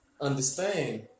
understand